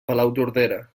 palautordera